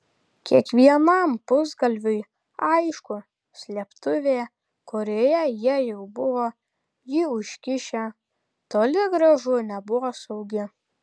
kiekvienam pusgalviui aišku slėptuvė kurioje jie jau buvo jį užkišę toli gražu nebuvo saugi